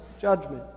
judgment